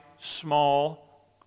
small